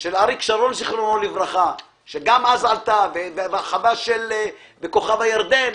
של אריק שרון זכרונו לברכה והחווה של כוכב הירדן.